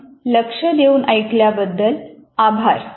आपण लक्ष देऊन ऐकल्याबद्दल आभार